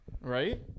right